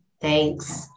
Thanks